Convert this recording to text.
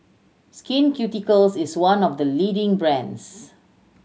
Skin Ceuticals is one of the leading brands